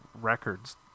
records